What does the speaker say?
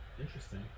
Interesting